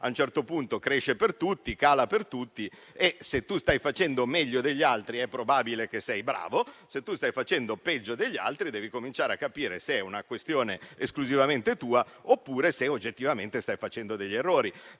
a un certo punto cala per tutti e, se tu stai facendo meglio degli altri, è probabile che sei bravo, se tu stai facendo peggio degli altri, devi cominciare a capire se è una questione esclusivamente tua, oppure se oggettivamente stai facendo degli errori.